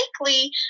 likely